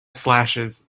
slashes